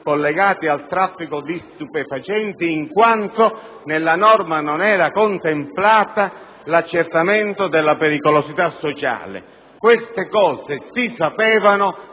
collegati al traffico di stupefacenti in quanto nella norma non era contemplato l'accertamento della pericolosità sociale. Queste cose si sapevano,